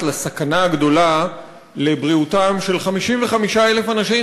לסכנה הגדולה לבריאותם של 55,000 אנשים,